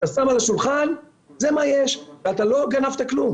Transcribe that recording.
אתה שם על השולחן, זה מה שיש, ואתה לא גנבת כלום.